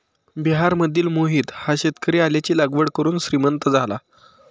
बिहारमधील मोहित हा शेतकरी आल्याची लागवड करून श्रीमंत झाला